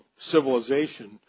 civilization